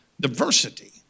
diversity